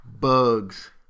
Bugs